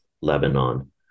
Lebanon